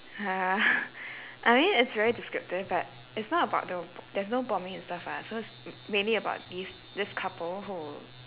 uh I mean it's very descriptive but it's not about the b~ there's no bombing and stuff lah so it's m~ mainly about these this couple who